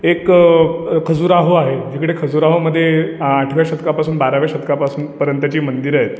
एक खजुराहो आहे जिकडे खजुराहोमध्ये आठव्या शतकापासून बाराव्या शतकापासून पर्यंतची मंदिररं आहेत